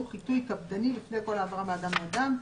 חיטוי קפדני לפני כל העברה מאדם לאדם,